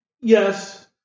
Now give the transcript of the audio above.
Yes